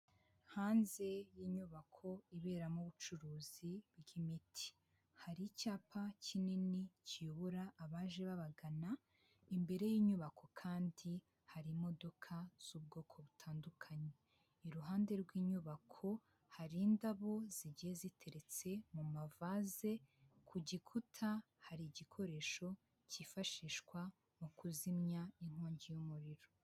Hanze y'inyubako iberamo ubucuruzi bw'imiti, hari icyapa kinini kiyobora abaje babagana imbere yin inyubako kandi harimo z'ubwoko butandukanye, iruhande rw'inyubako hari indabo zigiye ziteretse mu mavase ku gikuta hari igikoresho cyifashishwa mu kuzimya inkongi y'umuriro.